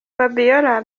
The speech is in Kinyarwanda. fabiola